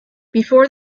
before